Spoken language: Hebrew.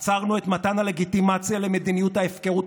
עצרנו את מתן הלגיטימציה למדיניות ההפקרות